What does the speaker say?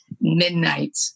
midnight